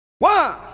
One